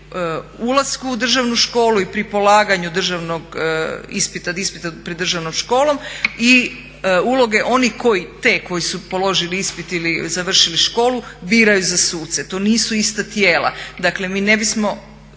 ulasku u državnu školu i pri polaganju državnog ispita, ispita pred državnom školom i uloge onih koji te koji su položili ispit ili završili školu biraju za suce. To nisu ista tijela. Dakle, mi ne bismo